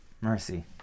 Mercy